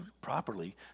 properly